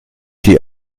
die